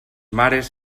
mares